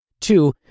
Two